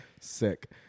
Sick